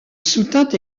soutint